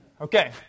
okay